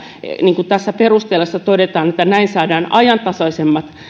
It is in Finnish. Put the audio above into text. niin kuin näissä perusteluissa todetaan että näin saadaan ajantasaisemmat